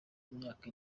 imyaka